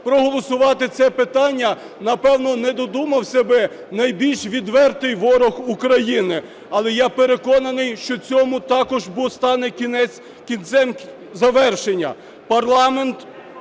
проголосувати це питання, напевно, не додумався би найбільш відвертий ворог України. Але я переконаний, що цьому також стане кінець-кінцем завершення.